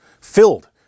filled